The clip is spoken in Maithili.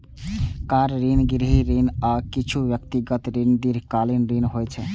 कार ऋण, गृह ऋण, आ किछु व्यक्तिगत ऋण दीर्घकालीन ऋण होइ छै